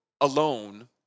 alone